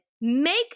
Make